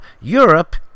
Europe